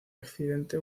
accidente